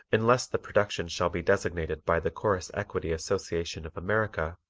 unless the production shall be designated by the chorus equity association of america,